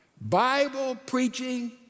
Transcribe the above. Bible-preaching